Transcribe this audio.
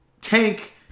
Tank